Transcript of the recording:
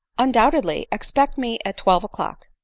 undoubtedly expect me at twelve o'clock.